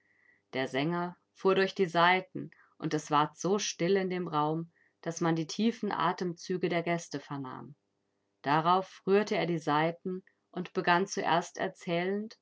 der sänger fuhr durch die saiten und es ward so still in dem raum daß man die tiefen atemzüge der gäste vernahm darauf rührte er die saiten und begann zuerst erzählend